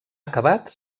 acabat